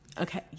Okay